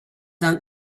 aunt